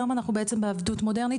היום אנחנו בעצם ב'עבדות מודרנית',